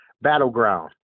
Battleground